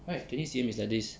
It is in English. right twenty C_M is like this